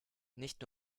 nicht